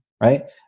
right